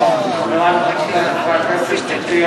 חברי וחברותי חברי הכנסת,